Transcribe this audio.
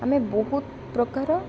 ଆମେ ବହୁତ ପ୍ରକାର